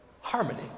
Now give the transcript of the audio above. harmony